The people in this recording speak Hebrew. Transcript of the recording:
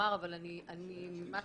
החשוב ביותר מהכול זה החיים של האנשים